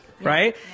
Right